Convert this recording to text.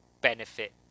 benefit